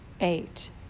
eight